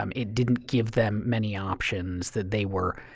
um it didn't give them many options that they were